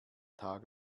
tag